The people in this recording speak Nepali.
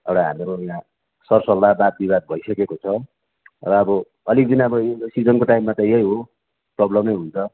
एउटा हाम्रो यहाँ सर सल्लाह वाद विवाद भइसकेको छ र अब अलिक दिन अब यो सिजनको टाइममा त यही हो प्रोब्लमै हुन्छ